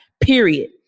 period